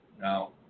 Now